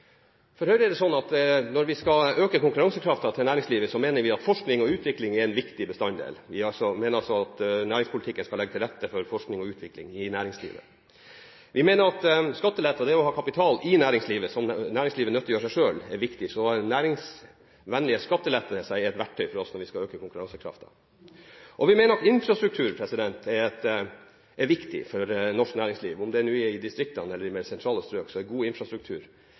for sjømatnæringen eksporterer godt over 90 pst. av det den produserer i Norge. For Høyre er det sånn at når vi skal øke konkurransekraften til næringslivet, mener vi at forskning og utvikling er en viktig bestanddel. Vi mener at næringspolitikken skal legge til rette for forskning og utvikling i næringslivet. Vi mener at skattelette og det å ha kapital som næringslivet selv kan nyttiggjøre seg, er viktig. Så næringsvennlige skattelettelser er et verktøy for oss når vi skal øke konkurransekraften. Vi mener at infrastruktur er viktig for norsk næringsliv, om det nå er i distriktene eller i mer sentrale strøk. God infrastruktur